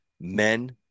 men